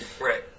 right